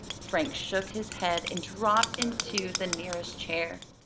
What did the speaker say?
frank shook his head and dropped into the nearest chair.